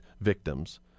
victims